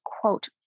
quote